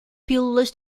pílulas